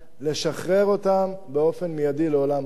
לשחרר אותם באופן מיידי לעולם העבודה.